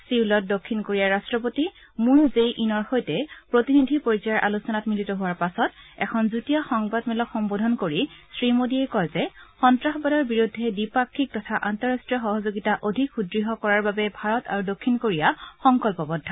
ছিউলত দক্ষিণ কোৰিয়াৰ ৰট্টপতি মুন জেই ইনৰ সৈতে প্ৰতিনিধি পৰ্যায়ৰ আলোচনাত মিলিত হোৱাৰ পাছত এখন যুটীয়া সংবাদমেলক সম্বোধন কৰি শ্ৰী মোডীয়ে কয় যে সন্তাসবাদৰ বিৰুদ্ধে দ্বিপাক্ষিক তথা আন্তঃৰাষ্ট্ৰীয় সহযোগিতা অধিক সুদ্ঢ কৰাৰ বাবে ভাৰত আৰু দক্ষিণ কোৰিয়া সংকল্পবদ্ধ